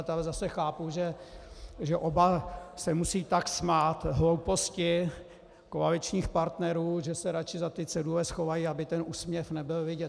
Ale zase také chápu, že oba se musí tak smát hlouposti koaličních partnerů, že se raději za ty cedule schovají, aby ten úsměv nebyl vidět.